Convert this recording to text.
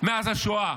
מאז השואה.